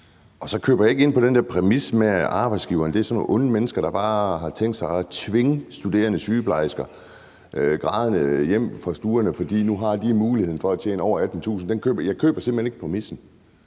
Og så køber jeg ikke ind på den der præmis om, at arbejdsgivere er sådan nogle onde mennesker, der bare har tænkt sig at tvinge sygeplejerskestuderende grædende hjem fra stuerne, fordi de nu har muligheden for at tjene over 18.000 kr. Jeg køber simpelt hen ikke præmissen.